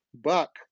Buck